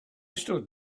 stood